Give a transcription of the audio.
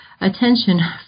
attention